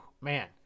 man